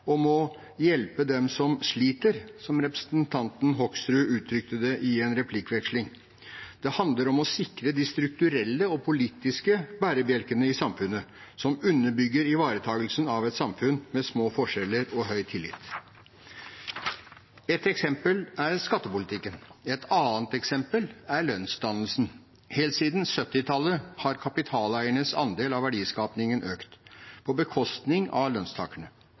om å hjelpe dem som sliter, som representanten Hoksrud uttrykte det i en replikkveksling. Det handler om å sikre de strukturelle og politiske bærebjelkene i samfunnet, som underbygger ivaretakelsen av et samfunn med små forskjeller og høy tillit. Ett eksempel er skattepolitikken. Et annet eksempel er lønnsdannelsen. Helt siden 1970-tallet har kapitaleiernes andel av verdiskapingen økt på bekostning av